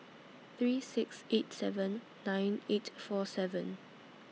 three six eight seven nine eight four seven